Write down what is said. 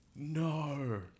No